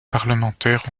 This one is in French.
parlementaires